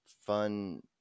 fun